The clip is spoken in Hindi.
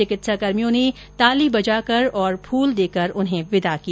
चिकित्साकर्भियों ने ताली बजाकर और फूल देकर उन्हें विदा किया